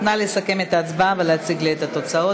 נא לסכם את ההצבעה ולהציג לי את התוצאות,